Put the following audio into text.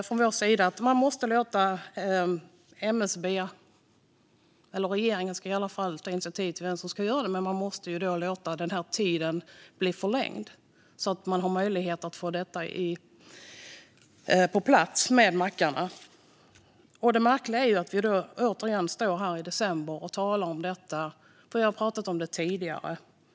Från vår sida har vi sagt att man måste låta den här tiden bli förlängd så att det finns möjlighet att få detta med mackarna på plats. Det märkliga är att vi återigen står här i december och talar om detta. Vi har pratat om det tidigare.